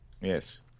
Yes